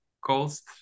cost